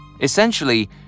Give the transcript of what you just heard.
Essentially